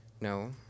No